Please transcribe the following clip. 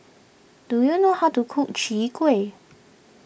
do you know how to cook Chwee Kueh